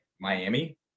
Miami